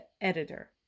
editor